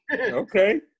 Okay